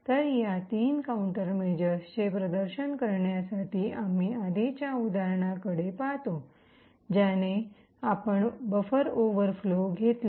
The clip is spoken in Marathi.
तर या तीन काउंटरमेजरसचे प्रदर्शन करण्यासाठी आम्ही आधीच्या उदाहरणाकडे पाहतो ज्याने आपण बफर ओव्हरफ्लो घेतला